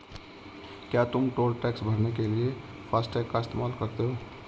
क्या तुम toll tax भरने के लिए फासटेग का इस्तेमाल करते हो?